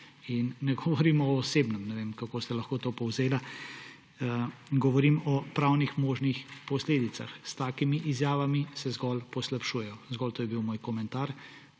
In ne govorimo o osebnem, ne vem, kako ste lahko to povzeli, govorim o pravnih možnih posledicah. S takimi izjavami se zgolj poslabšujejo. Zgolj to je bil moj komentar,